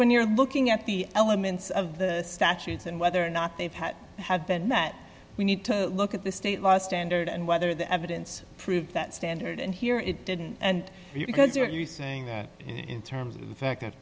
when you're looking at the elements of the statutes and whether or not they've had have been that we need to look at the state law standard and whether the evidence proves that standard and here it didn't and because you're saying that in terms of